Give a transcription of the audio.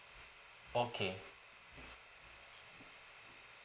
okay